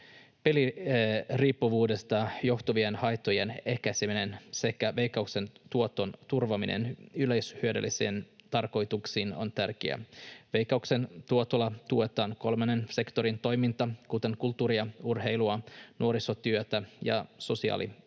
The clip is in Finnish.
Peliriippuvuudesta johtuvien haittojen ehkäiseminen sekä Veikkauksen tuoton turvaaminen yleishyödyllisiin tarkoituksiin on tärkeää. Veikkauksen tuotolla tuetaan kolmannen sektorin toimintaa, kuten kulttuuria, urheilua, nuorisotyötä ja sosiaalitoimintaa.